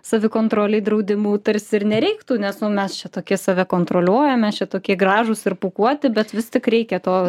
savikontrolei draudimų tarsi ir nereiktų nes mes čia tokie save kontroliuojam čia tokie gražūs ir pūkuoti bet vis tik reikia to